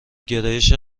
گرایش